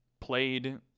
played